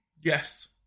Yes